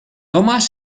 thomas